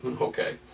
Okay